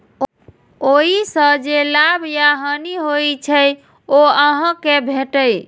ओइ सं जे लाभ या हानि होइ छै, ओ अहां कें भेटैए